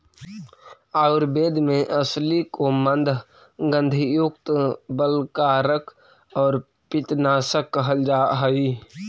आयुर्वेद में अलसी को मन्दगंधयुक्त, बलकारक और पित्तनाशक कहल जा हई